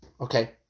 Okay